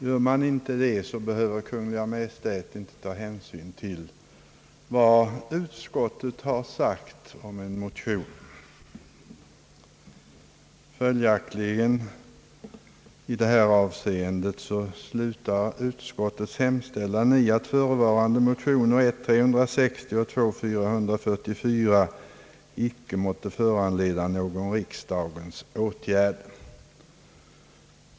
Gör man inte det, behöver Kungl. Maj:t inte ta hänsyn till vad utskottet sagt om en motion, I detta fall har utskottet hemställt att förevarande motioner, I: 360 och II: 444, icke måtte föranleda någon riksdagens åtgärd.